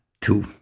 two